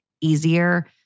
easier